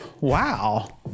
wow